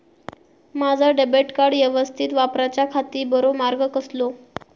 माजा debit card यवस्तीत वापराच्याखाती बरो मार्ग कसलो?